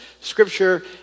scripture